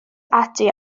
ati